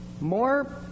more